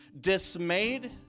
dismayed